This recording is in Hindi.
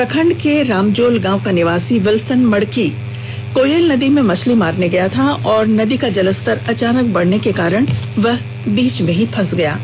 प्रखंड के रामजोल गांव का निवासी विल्सन मड़की कोयल नदी में मछली मारने गया था और नदी का जलस्तर अचानक बढ़ने से फंस गया था